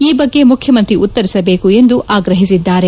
ಈ ಬಗ್ಗೆ ಮುಖ್ಯಮಂತ್ರಿ ಉತ್ತರಿಸಬೇಕು ಎಂದು ಆಗ್ರಹಿಸಿದ್ದಾರೆ